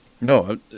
no